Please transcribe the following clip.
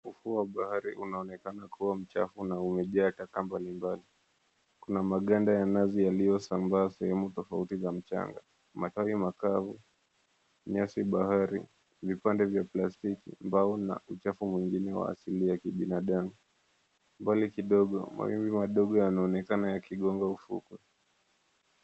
Ufuo wa bahari unaonekana kuwa mchafu na umejaa taka mbalimbali. Kuna maganda ya nazi yaliyosambaa sehemu tofauti za mchanga, matawi makavu, nyasi, bahari, vipande vya plastiki, mbao na uchafu mwingine wa asili ya kibinadamu. Mbali kidogo mawimbi yanaonekana yakigonga ufukwe.